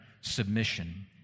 submission